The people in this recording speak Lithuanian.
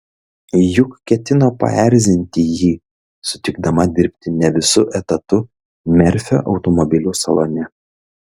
juk ketino paerzinti jį sutikdama dirbti ne visu etatu merfio automobilių salone